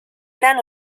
gran